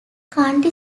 county